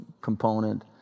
component